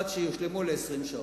עד שיושלמו ל-20 שעות.